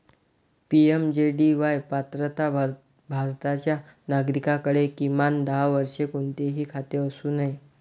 PMJDY पात्रता भारताच्या नागरिकाकडे, किमान दहा वर्षे, कोणतेही खाते असू नये